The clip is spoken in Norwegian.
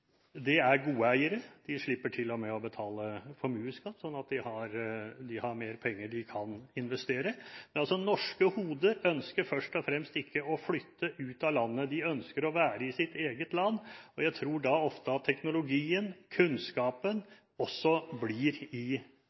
det er gode eiere, de slipper til og med å betale formuesskatt, slik at de har mer penger de kan investere. Norske hoder ønsker først og fremst ikke å flytte ut av landet, de ønsker å være i sitt eget land, og jeg tror ofte at teknologien og kunnskapen også blir i